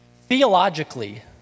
theologically